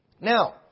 Now